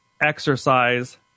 exercise